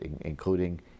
including